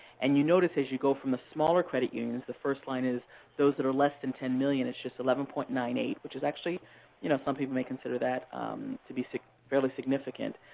and you notice, as you go from the smaller credit unions, the first line is those that are less than ten million dollars, it's just eleven point nine eight, which is actually you know some people may consider that to be fairly significant.